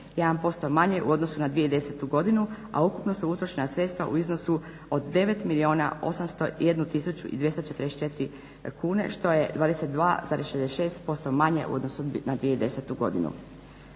manje u odnosu na 2010.godinu, a ukupno su utrošena sredstva u iznosu od 9 milijuna 801 tisuću i 244 kune što je 22,66% manje u odnosu na 2010.godinu.